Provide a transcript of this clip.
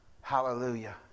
Hallelujah